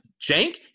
jank